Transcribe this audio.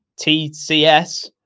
TCS